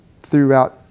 throughout